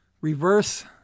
reverse